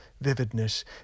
vividness